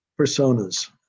personas